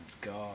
God